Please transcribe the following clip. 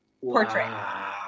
Portrait